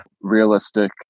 realistic